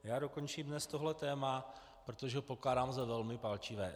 Já dokončím dnes tohle téma, protože ho pokládám za velmi palčivé.